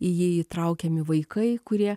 į jį įtraukiami vaikai kurie